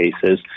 cases